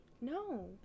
No